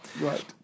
Right